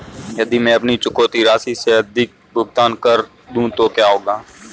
यदि मैं अपनी चुकौती राशि से अधिक भुगतान कर दूं तो क्या होगा?